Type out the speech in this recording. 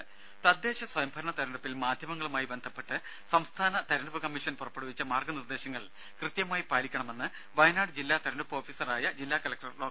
രും തദ്ദേശ സ്വയംഭരണ തെരഞ്ഞെടുപ്പിൽ മാധ്യമങ്ങളുമായി ബന്ധപ്പെട്ട് സംസ്ഥാന തെരഞ്ഞെടുപ്പ് കമ്മീഷൻ പുറപ്പെടുവിച്ച മാർഗനിർദ്ദേശങ്ങൾ കൃത്യമായി പാലിക്കണമെന്ന് വയനാട് ജില്ലാ തെരഞ്ഞെടുപ്പ് ഓഫീസറായ ജില്ലാ കലക്ടർ ഡോ